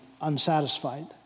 unsatisfied